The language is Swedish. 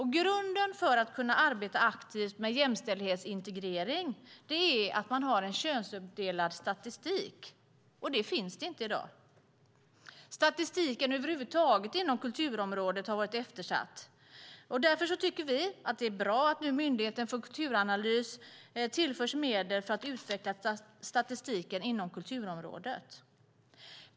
Grunden för att kunna arbeta aktivt med jämställdhetsintegrering är att det finns könsuppdelad statistik. Det finns det inte i dag. Statistiken över huvud taget inom kulturområdet har varit eftersatt. Därför tycker vi att det är bra att Myndigheten för kulturanalys nu tillförs medel för att utveckla statistiken inom kulturområdet.